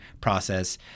process